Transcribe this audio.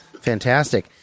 fantastic